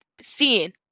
seeing